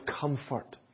comfort